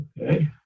Okay